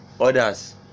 others